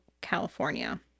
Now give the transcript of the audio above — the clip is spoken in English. california